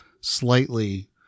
slightly